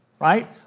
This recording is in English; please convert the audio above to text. right